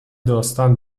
داستان